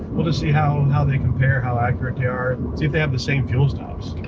we'll just see how how they compare, how accurate they are. see if they have the same fuel stops.